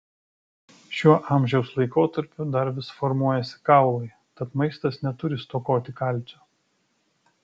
šiuo amžiaus laikotarpiu dar vis formuojasi kaulai tad maistas neturi stokoti kalcio